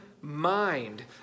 mind